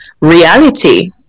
reality